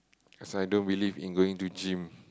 cause I don't believe in going to gym